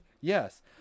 Yes